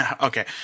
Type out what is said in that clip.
Okay